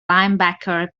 linebacker